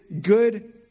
good